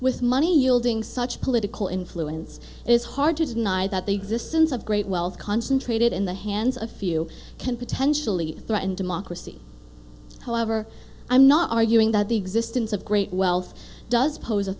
with money yielding such political influence it's hard to deny that the existence of great wealth concentrated in the hands of a few can potentially threaten democracy however i'm not arguing that the existence of great wealth does pose a